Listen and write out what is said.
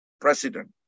president